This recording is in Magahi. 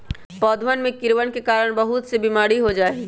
पौधवन में कीड़वन के कारण बहुत से बीमारी हो जाहई